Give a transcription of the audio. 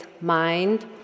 mind